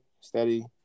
steady